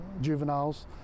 juveniles